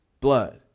blood